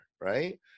right